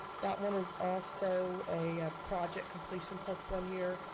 that one is also a project completion plus one year.